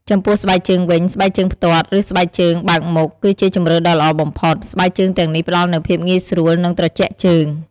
ចំពោះស្បែកជើងវិញ ស្បែកជើងផ្ទាត់ ឬ ស្បែកជើងបើកមុខ គឺជាជម្រើសដ៏ល្អបំផុត។ ស្បែកជើងទាំងនេះផ្ដល់នូវភាពងាយស្រួល និងត្រជាក់ជើង។